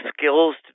skills